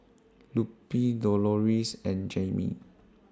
Lupe Doloris and Jaime